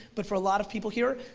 but for a lot of people here,